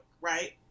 right